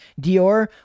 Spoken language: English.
Dior